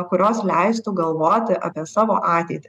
kurios leistų galvoti apie savo ateitį